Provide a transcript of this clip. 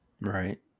Right